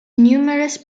numerous